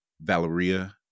Valeria